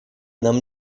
нам